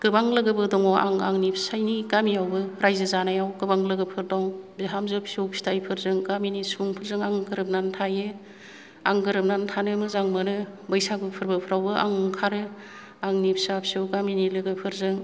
गोबां लोगोबो दङ आं आंनि फिसाइनि गामियावबो रायजो जानायाव गोबां लोगोफोर दं बिहामजो फिसौ फिथाइफोरजों गामिनि सुबुंफोरजों आं गोरोबनानै थायो आं गोरोबनानै थानो मोजां मोनो बैसागु फोरबोफ्रावबो आं ओंखारो आंनि फिसा फिसौ गामिनि लोगोफोरजों